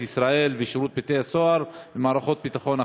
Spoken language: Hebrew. לשירות בתי-הסוהר ולמערכות ביטחון אחרות.